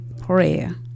prayer